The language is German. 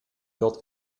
dort